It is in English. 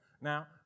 Now